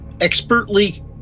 expertly